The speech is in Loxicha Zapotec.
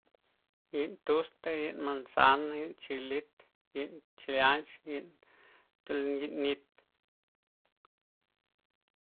Yi'n tusta', yi'n manzana', yi'n chilit, yi'n chileanch, yi'n nchole yin nit'.